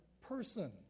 person